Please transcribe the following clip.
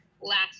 last